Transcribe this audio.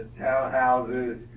townhouses,